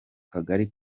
kagari